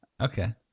Okay